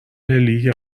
لیگ